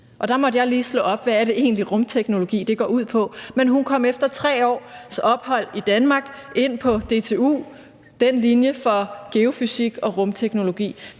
Og der måtte jeg lige slå op, hvad rumteknologi egentlig går ud på. Men hun kom efter 3 års ophold i Danmark ind på DTU på linjen for geofysik og rumteknologi.